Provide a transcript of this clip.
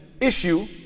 issue